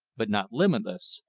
but not limitless,